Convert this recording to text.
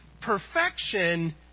perfection